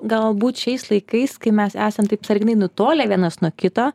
galbūt šiais laikais kai mes esam taip sąlyginai nutolę vienas nuo kito